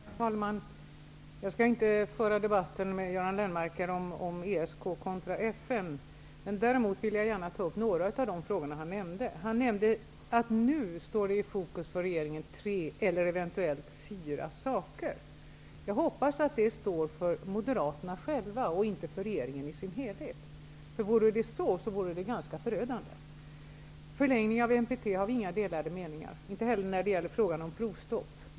Herr talman! Jag skall inte föra debatt med Göran Lennmarker om ESK kontra FN. Däremot vill jag gärna ta upp några av de andra frågor han nämnde. Han nämnde att tre eller eventuellt fyra saker nu står i fokus för regeringen. Jag hoppas att det gäller Moderaterna och inte regeringen i dess helhet. Om det vore så, vore det ganska förödande. Vad gäller förlängning av NPT har vi inga delade meningar. Inte heller när det gäller frågan om provstopp.